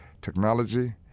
technology